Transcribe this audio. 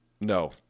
No